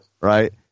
Right